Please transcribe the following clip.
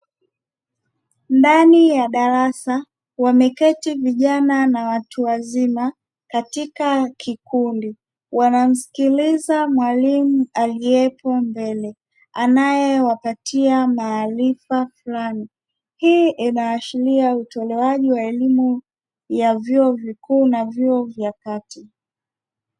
Ndani ya darasa wameketi vijana na watu wazima katika kikundi wanamsikiliza mwalimu aliyepo mbele anayewapatia maarifa fulani hii inaashiria utolewaji wa elimu ya vyuo vikuu na vyuo vya kati.